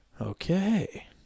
Okay